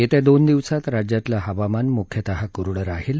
येत्या दोन दिवसात राज्यातलं हवामान मुख्यतः कोरडं राहील